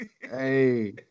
Hey